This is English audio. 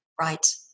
Right